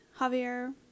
Javier